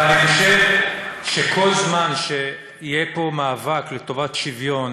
ואני חושב שכל זמן שיהיה פה מאבק לטובת שוויון,